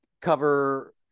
cover